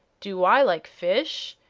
do i like fish?